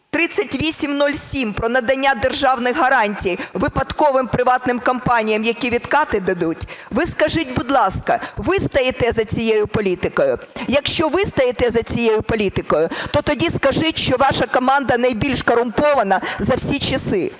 3807 - про надання державних гарантій випадковим приватним компаніям, які відкати дадуть. Ви скажіть, будь ласка, ви стоїте за цією політикою? Якщо ви стоїте за цією політикою, то тоді скажіть, що ваша команда найбільш корумпована за всі часи.